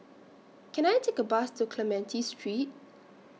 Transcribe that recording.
Can I Take A Bus to Clementi Street